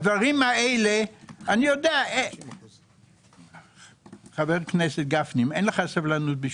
פרופ' גרונאו, אני רוצה לומר לך - זמנה של